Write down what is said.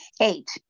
Eight